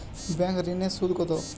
Bank ঋন এর সুদ কত?